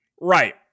Right